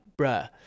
bruh